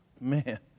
Man